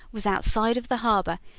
was outside of the harbor,